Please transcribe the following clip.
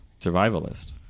survivalist